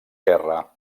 guerra